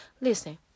Listen